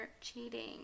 cheating